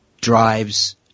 drives